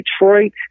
Detroit